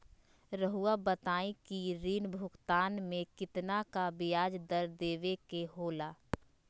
रहुआ बताइं कि ऋण भुगतान में कितना का ब्याज दर देवें के होला?